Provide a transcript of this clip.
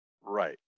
Right